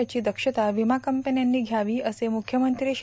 याची दक्षता विमा कंपन्यांनी घ्यावी असं मुख्यमंत्री श्री